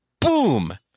Boom